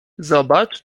zobacz